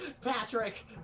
Patrick